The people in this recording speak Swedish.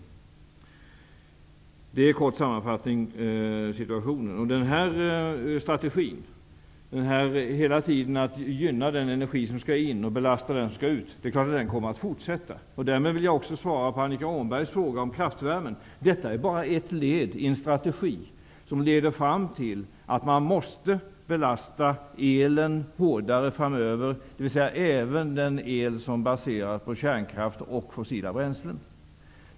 Detta är en kort sammanfattning av situationen. Strategin att hela tiden gynna den energi som skall in och belasta den som skall ut kommer naturligtvis att fortsätta. Därmed vill jag också svara på Annika Åhnbergs fråga om kraftvärmen. Detta är bara ett led i en strategi som leder fram till att man måste belasta elen hårdare framöver, dvs. även den el som baseras på kärnkraft och fossila bränslen.